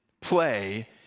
play